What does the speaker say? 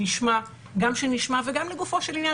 שנשמע וגם לגופו של עניין